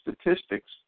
statistics